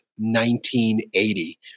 1980